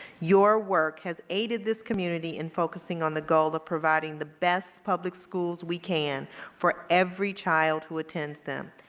your work has aided this community in focusing on the goal of providing the best public schools we can for every child who attends them.